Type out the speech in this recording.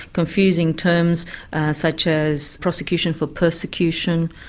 confusing terms such as prosecution for persecution,